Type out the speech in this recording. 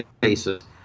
basis